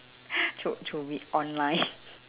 to to read online